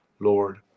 Lord